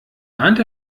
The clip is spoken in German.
ahnt